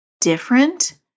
different